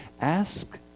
ask